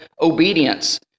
obedience